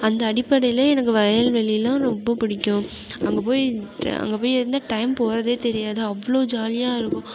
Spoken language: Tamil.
அந்த அடிப்படையில் எனக்கு வயல்வெளிலாம் ரொம்ப பிடிக்கும் அங்கே போய் அங்கே போய் இருந்தால் டைம் போகிறதே தெரியாது அவ்வளோ ஜாலியாக இருக்கும்